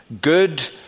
good